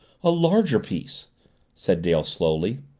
a larger piece said dale slowly,